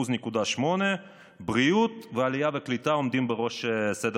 1.8%. בריאות ועלייה וקליטה עומדים בראש סדר